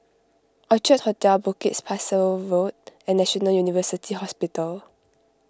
Orchard Hotel Bukit Pasoh Road and National University Hospital